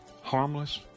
Harmless